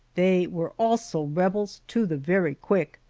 they were also rebels to the very quick,